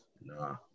Nah